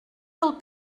del